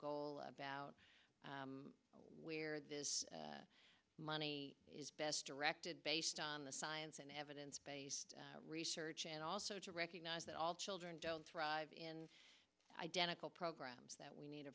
goal about where this money is best directed based on the science and evidence based research and also to recognize that all children don't thrive in identical programs that we need a